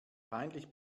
peinlich